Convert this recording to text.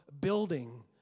building